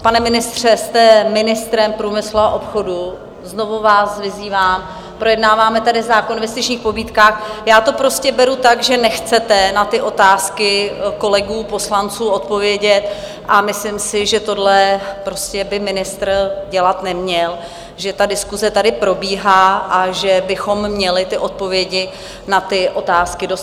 Pane ministře, jste ministrem průmyslu a obchodu, znovu vás vyzývám, projednáváme tady zákon o investičních pobídkách já to prostě beru tak, že nechcete na ty otázky kolegů poslanců odpovědět, a myslím si, že tohle prostě by ministr dělat neměl, že ta diskuse tady probíhá a že bychom měli ty odpovědi na ty otázky dostat.